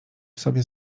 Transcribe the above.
sobie